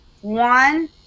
one